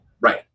Right